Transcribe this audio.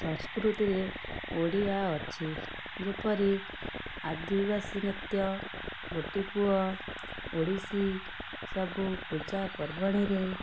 ସଂସ୍କୃତିରେ ଓଡ଼ିଆ ଅଛି ଯେପରି ଆଦିବାସୀ ନୃତ୍ୟ ଗୋଟିପୁଅ ଓଡ଼ିଶୀ ସବୁ ପୂଜା ପର୍ବାଣିରେ